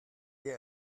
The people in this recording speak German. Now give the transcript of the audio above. eher